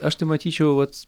aš tai matyčiau vat